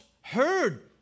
heard